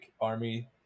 Army